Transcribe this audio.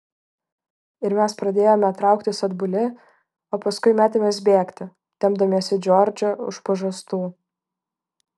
ir mes pradėjome trauktis atbuli o paskui metėmės bėgti tempdamiesi džordžą už pažastų